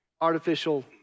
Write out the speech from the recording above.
artificial